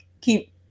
keep